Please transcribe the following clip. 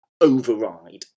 override